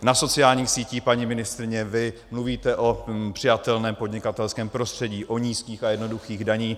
Na sociální síti, paní ministryně, vy mluvíte o přijatelném podnikatelském prostředí, o nízkých a jednoduchých daních.